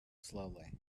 slowly